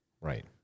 Right